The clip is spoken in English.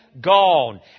gone